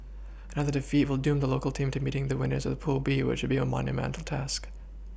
another defeat will doom the local team to meeting the winners of pool B which would be a monumental task